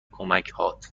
کمکهات